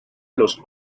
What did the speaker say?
los